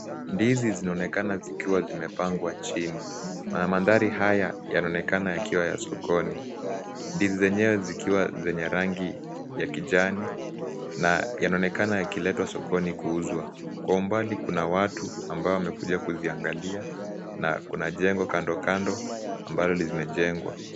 Ndizi zinaonekana zikiwa zimepangwa chini. Mandhari haya yanaonekana yakiwa ya sokoni. Ndizi zenyewe zikiwa zenye rangi ya kijani na yanaonekana yakiletwa sokoni kuuzwa. Kwa umbali kuna watu ambao wamekuja kuziangalia na kuna jengo kando kando, ambalo limejengwa.